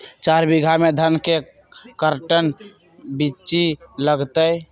चार बीघा में धन के कर्टन बिच्ची लगतै?